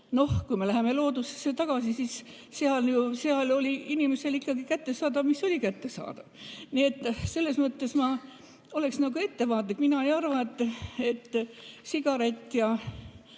kui me läheme loodusesse tagasi, siis seal oli inimestele ikkagi kättesaadav see, mis oli kättesaadav. Nii et selles mõttes oleksin ettevaatlik. Mina ei arva, et sigaret ja